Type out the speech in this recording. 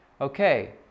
Okay